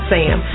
Sam